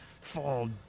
Fall